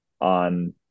on